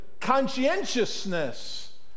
conscientiousness